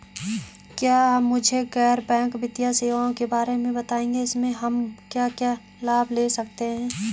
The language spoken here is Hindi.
क्या आप मुझे गैर बैंक वित्तीय सेवाओं के बारे में बताएँगे इसमें हम क्या क्या लाभ ले सकते हैं?